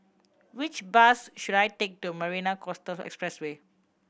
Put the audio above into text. which bus should I take to Marina Coastal Expressway